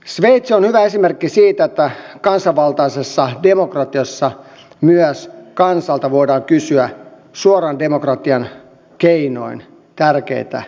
sveitsi on hyvä esimerkki siitä että kansanvaltaisessa demokratiassa myös kansalta voidaan kysyä suoran demokratian keinoin tärkeitä asioita